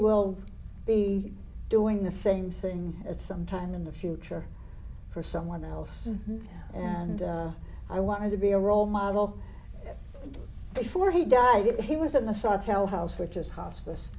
will be doing the same thing at some time in the future for someone else and i want to be a role model before he died he was in the sawtelle house which is hospice